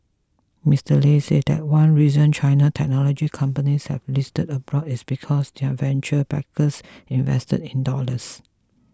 Mister Lei said that one reason China technology companies have listed abroad is because their venture backers invested in dollars